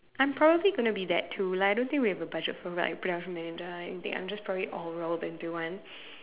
I'm probably gonna be that too like I don't think we have a budget for like production manager or anything I'm just probably all rolled up into one